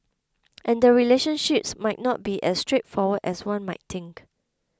and the relationships might not be as straightforward as one might think